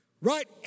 Right